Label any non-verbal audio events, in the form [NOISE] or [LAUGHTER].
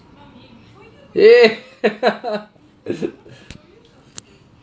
eh [LAUGHS]